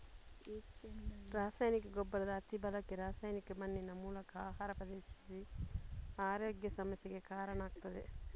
ರಾಸಾಯನಿಕ ಗೊಬ್ಬರದ ಅತಿ ಬಳಕೆ ರಾಸಾಯನಿಕ ಮಣ್ಣಿನ ಮೂಲಕ ಆಹಾರ ಪ್ರವೇಶಿಸಿ ಆರೋಗ್ಯ ಸಮಸ್ಯೆಗೆ ಕಾರಣ ಆಗ್ತದೆ